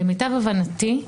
למיטב הבנתי,